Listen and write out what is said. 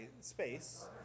space